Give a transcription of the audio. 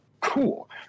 cool